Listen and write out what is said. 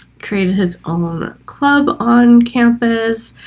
created his own ah club on campus